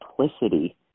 simplicity